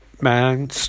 man